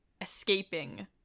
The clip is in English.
escaping